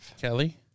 Kelly